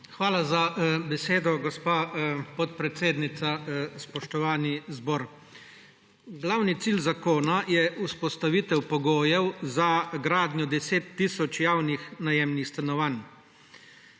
Hvala za besedo, gospa podpredsednica. Spoštovani zbor! Glavni cilj zakona je vzpostavitev pogojev za gradnjo 10 tisoč javnih najemnih stanovanj.